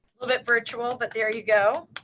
little bit virtual, but there you go.